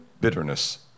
bitterness